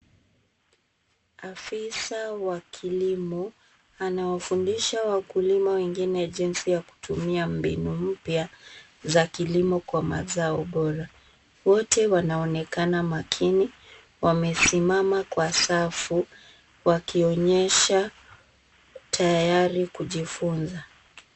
Afisa wa kilimo anawafundisha wakulima wengine jinsi ya kutumia mbinu mpya za kilimo kwa mazao bora. Wote wanaonekana makini. Wamesimama kwa safu wakionyesha tayari kujifunza.